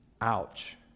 Ouch